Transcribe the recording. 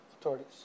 authorities